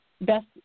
best